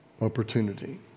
opportunity